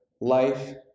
life